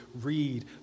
read